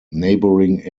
neighbouring